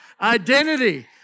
Identity